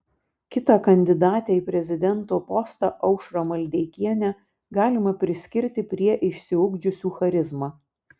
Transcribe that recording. kitą kandidatę į prezidento postą aušrą maldeikienę galima priskirti prie išsiugdžiusių charizmą